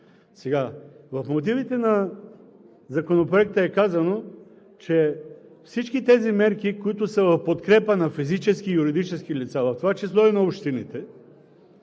В мотивите на Законопроекта е казано, че всички тези мерки, които са в подкрепа на физически и юридически лица, в това число и на общините,